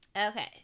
Okay